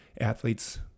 Athletes